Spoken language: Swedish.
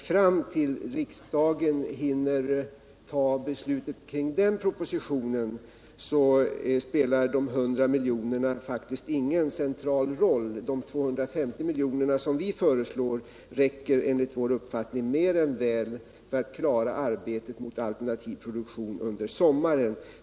Fram till dess att riksdagen hinner fatta beslut om den propositionen spelar de 100 miljonerna extra faktiskt ingen central roll. De 250 miljoner som vi föreslår räcker enligt vår uppfattning mer än väl för att klara arbetet på inriktning mot alternativ produktion under sommaren.